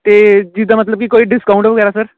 ਅਤੇ ਜਿੱਦਾਂ ਮਤਲਬ ਕਿ ਕੋਈ ਡਿਸਕਾਊਟ ਵਗੈਰਾ ਸਰ